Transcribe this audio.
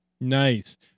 nice